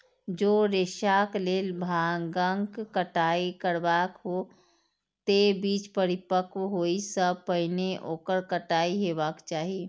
जौं रेशाक लेल भांगक कटाइ करबाक हो, ते बीज परिपक्व होइ सं पहिने ओकर कटाइ हेबाक चाही